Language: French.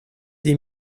des